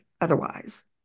otherwise